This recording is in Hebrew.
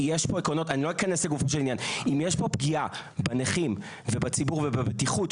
אני לא אכנס לגופו של עניין אם יש פגיעה בנכים ובציבור ובבטיחות,